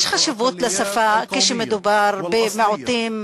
יש חשיבות לשפה כשמדובר במיעוטים